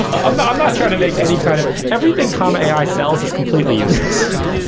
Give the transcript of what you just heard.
um i'm not trying to make any kind of everything comma ai sells is completely useless